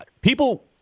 People